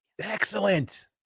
Excellent